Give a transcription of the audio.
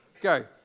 Go